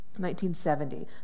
1970